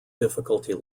difficulty